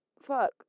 fuck